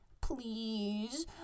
Please